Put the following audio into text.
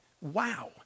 Wow